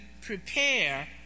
prepare